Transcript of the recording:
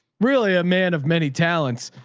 really a man of many talents.